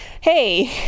hey